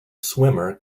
swimmer